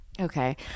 Okay